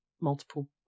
multiple